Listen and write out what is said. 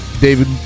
David